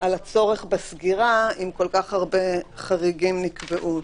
על הצורך בסגירה אם כל כך הרבה חריגים נקבעו.